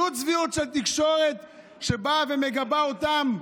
זו צביעות של תקשורת שבאה ומגבה אותם.